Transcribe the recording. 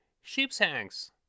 sheepshanks